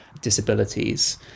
disabilities